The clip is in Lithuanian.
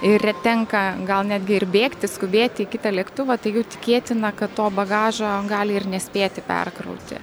ir tenka gal netgi ir bėgti skubėti į kitą lėktuvą tai jau tikėtina kad to bagažo gali ir nespėti perkrauti